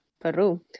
Peru